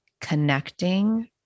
connecting